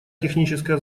техническая